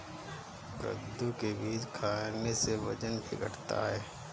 कद्दू के बीज खाने से वजन भी घटता है